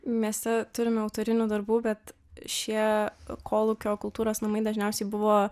mieste turime autorinių darbų bet šie kolūkio kultūros namai dažniausiai buvo